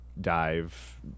dive